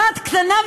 אחת קטנה,